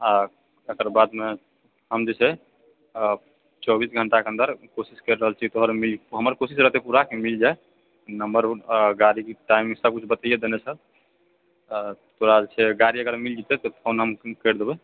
आ तकर बादमे हम जे छै आ चौबीस घण्टाके अन्दर कोशिश करि रहल छिऐ तोहर मिल जेतौ हमर कोशिश रहतै पूरा कि मिल जाइ नम्बर ओ आ गाड़ीके टाइम सभकिछु बतैए दने छऽ आ तोरा जे छै गाड़ी अगर मिल जेतै तऽ फोन हम करि देबए